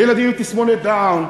לילדים עם תסמונת דאון,